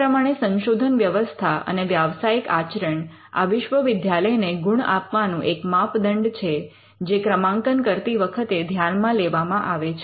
આ પ્રમાણે સંશોધન વ્યવસ્થા અને વ્યાવસાયિક આચરણ આ વિશ્વવિદ્યાલયને ગુણ આપવાનું એક માપદંડ છે જે ક્રમાંકન કરતી વખતે ધ્યાનમાં લેવામાં આવે છે